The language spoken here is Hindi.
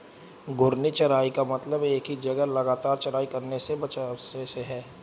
घूर्णी चराई का मतलब एक ही जगह लगातार चराई करने से बचने से है